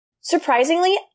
Surprisingly